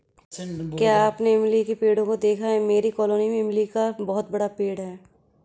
क्या आपने इमली के पेड़ों को देखा है मेरी कॉलोनी में इमली का बहुत बड़ा पेड़ है